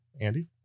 Andy